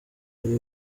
ari